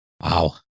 Wow